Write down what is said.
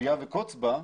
אליה וקוץ בה,